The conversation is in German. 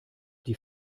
die